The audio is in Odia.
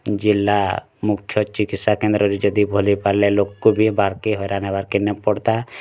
ଜିଲ୍ଲା ମୁଖ୍ୟ ଚିକିତ୍ସା କେନ୍ଦ୍ର ରେ ଯଦି ଭଲ୍ ହେଇ ପାରିଲେ ଲୋକ୍ କୁ ବି ବାର୍ କେ ହଇରାଣ କେ ନାଇଁ ପଡ଼ତା